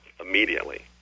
immediately